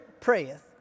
prayeth